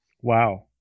Wow